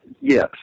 yes